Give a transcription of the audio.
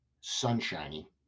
sunshiny